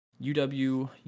UW